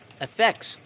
effects